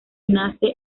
nace